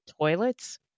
toilets